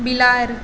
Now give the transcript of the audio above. बिलाड़ि